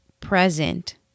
present